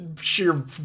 sheer